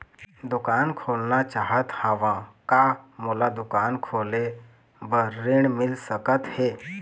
दुकान खोलना चाहत हाव, का मोला दुकान खोले बर ऋण मिल सकत हे?